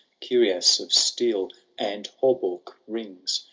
cuirass of steel and hauberk rings.